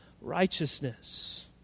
righteousness